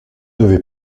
devez